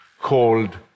called